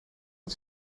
het